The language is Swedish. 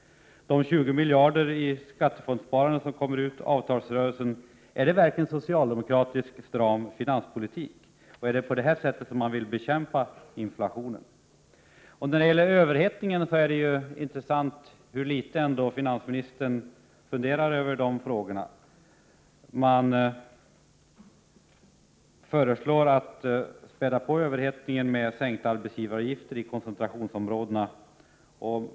Innebär de 20 miljarder i skattefondsparande som blir resultatet av avtalsrörelsen verkligen en stram socialdemokratisk finanspolitik? Är det på det sättet som man vill bekämpa inflationen? När det gäller överhettningen är det intressant att iaktta hur litet finansministern funderar över dessa frågor. Det föreslås att överhettningen skall spädas på med en sänkning av arbetsgivaravgifterna i koncentrationsområdena.